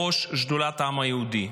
בראש שדולת העם היהודי.